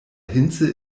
hinze